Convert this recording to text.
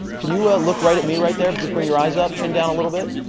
can you look right at me right there, just putting your eyes up, chin down a little bit?